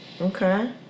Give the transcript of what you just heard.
okay